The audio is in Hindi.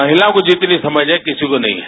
महिला को जितनी समझ है वह किसी को नहीं है